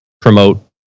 promote